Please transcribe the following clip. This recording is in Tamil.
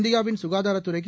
இந்தியாவின் சுகாதாரத்துறைக்கு